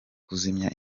kuzimya